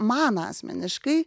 man asmeniškai